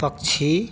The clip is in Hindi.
पक्षी